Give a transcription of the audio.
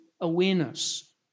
awareness